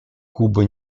куба